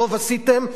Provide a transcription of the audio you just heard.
טוב עשיתם.